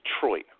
detroit